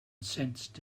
sensed